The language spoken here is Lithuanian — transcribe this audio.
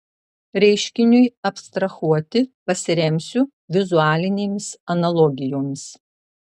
reiškiniui abstrahuoti pasiremsiu vizualinėmis analogijomis